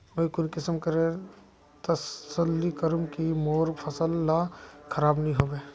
मुई कुंसम करे तसल्ली करूम की मोर फसल ला खराब नी होबे?